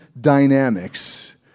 dynamics